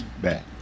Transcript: back